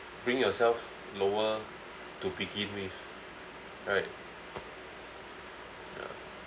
bring yourself lower to begin with right ya